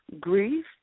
grief